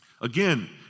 Again